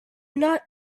not